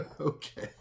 Okay